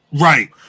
Right